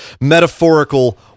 metaphorical